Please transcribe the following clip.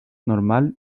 normal